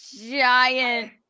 giant